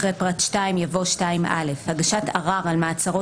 (1)אחרי פרט 2 יבוא: "2 "2א.הגשת ערר על מעצרו